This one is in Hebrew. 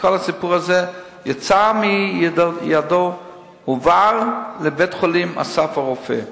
כל הסיפור הזה יצא מידו והועבר לבית-החולים "אסף הרופא".